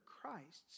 Christ's